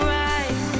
right